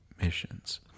missions